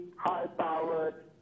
high-powered